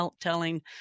telling